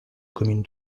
commune